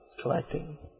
collecting